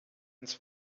cents